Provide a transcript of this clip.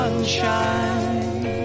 sunshine